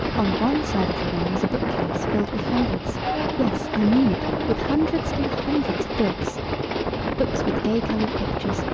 on one side of the room was a bookcase filled with hundreds yes, i mean it with hundreds and hundreds of books books with gay-colored pictures,